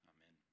Amen